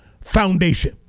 foundation